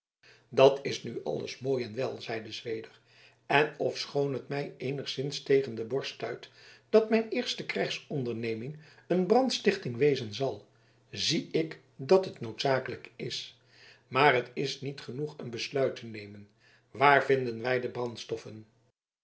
dat is nu alles mooi en wel zeide zweder en ofschoon het mij eenigszins tegen de borst stuit dat mijn eerste krijgsonderneming een brandstichting wezen zal zie ik dat het noodzakelijk is maar het is niet genoeg een besluit te nemen waar vinden wij de brandstoffen